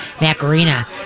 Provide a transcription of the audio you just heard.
Macarena